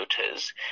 voters